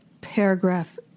paragraph